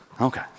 Okay